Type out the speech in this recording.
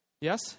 Yes